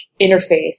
interface